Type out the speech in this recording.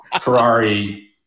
Ferrari